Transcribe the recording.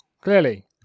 Clearly